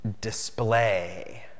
display